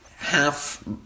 half